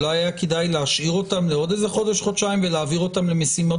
אולי היה כדאי להשאיר לעוד חודש-חודשיים ולהעביר אותם למשימות